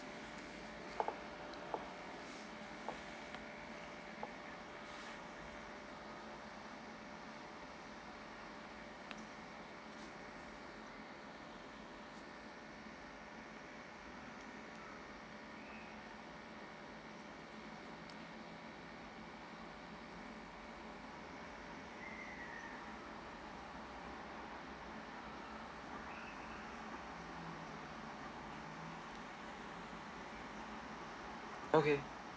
okay